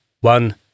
one